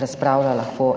razpravlja